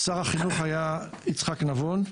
שר החינוך היה יצחק נבון,